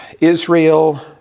Israel